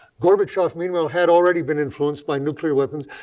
gorbachev, meanwhile, had already been influenced by nuclear weapons.